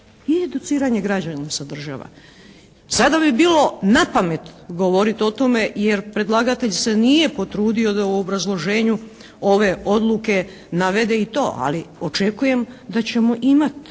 I educiranje građana sadržava. Sada bi bilo na pamet govoriti o tome, jer predlagatelj se nije potrudio da u obrazloženju ove odluke navede i to, ali očekujem da ćemo imati